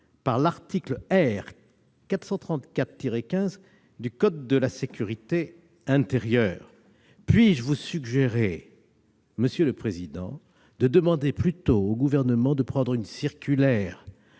par l'article R. 434-15 du code de la sécurité intérieure. Puis-je vous suggérer plutôt, monsieur Sueur, de demander au Gouvernement de prendre une circulaire